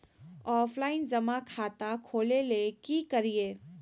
Offline जमा खाता खोले ले की करिए?